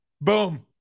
boom